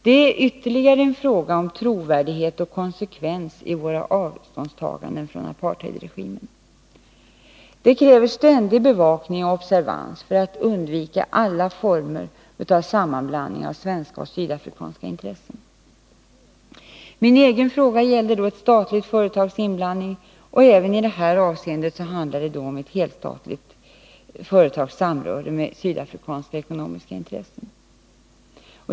Det är ytterligare en fråga om trovärdighet och konsekvens i vårt avståndstagande från apartheidregimen. Det kräver en ständig bevakning och observans för att undvika alla former av sammanblandning av svenska och sydafrikanska intressen. Min egen fråga gällde ett statligt företags inblandning, och även i det här avseendet handlar det om ett helstatligt företags samröre med sydafrikanska ekonomiska intressen.